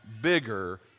bigger